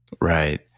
Right